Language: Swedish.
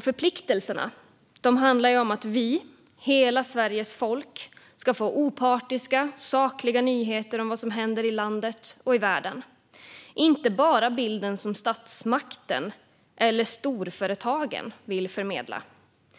Förpliktelserna handlar om att vi, hela Sveriges folk, ska få opartiska och sakliga nyheter om vad som händer i landet och världen och inte bara bilden som statsmakten eller storföretagen vill förmedla.